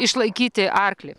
išlaikyti arklį